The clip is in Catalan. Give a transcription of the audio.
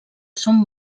són